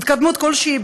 התקדמות כלשהי,